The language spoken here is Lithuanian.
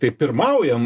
tai pirmaujam